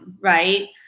Right